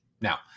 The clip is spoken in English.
Now